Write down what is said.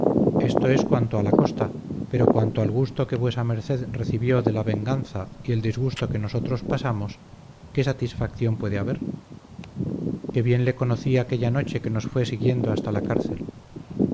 esto es cuanto a la costa pero cuanto al gusto que vuesa merced recibió de la venganza y el disgusto que nosotros pasamos qué satisfacción puede haber que bien le conocí aquella noche que nos fue siguiendo hasta la cárcel